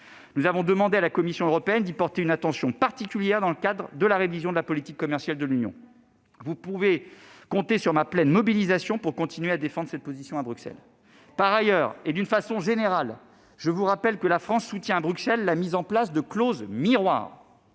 Nous avons demandé à la Commission européenne d'y porter une attention particulière dans le cadre de la révision de la politique commerciale de l'Union. Vous pouvez compter sur ma pleine mobilisation pour continuer à défendre cette position à Bruxelles. Par ailleurs, et d'une façon générale, je vous rappelle que la France soutient à Bruxelles la mise en place de clauses miroirs